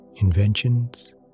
inventions